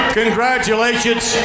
congratulations